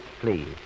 please